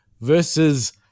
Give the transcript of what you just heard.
versus